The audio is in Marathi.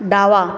डावा